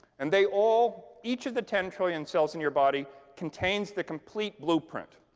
and they all each of the ten trillion cells in your body contains the complete blueprint.